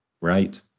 Right